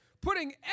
Putting